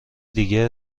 دیگه